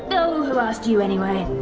oh who asked you anyway?